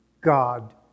God